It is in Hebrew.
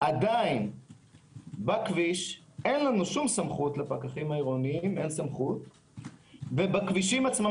עדיין בכביש אין לנו שום סמכות לפקחים העירונים ובכבישים אנו